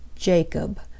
Jacob